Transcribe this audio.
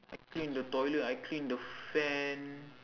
I clean the toilet I clean the fan